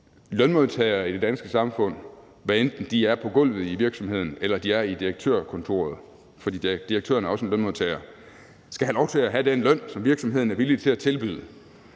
lønmodtagere i det danske samfund, hvad enten de er på gulvet i virksomheden, eller de er i direktørkontoret – for direktøren er også en lønmodtager – skal have lov til at have den løn, som virksomheden er villig til at tilbyde.